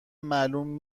معلوم